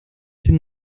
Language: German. den